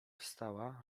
wstała